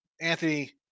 Anthony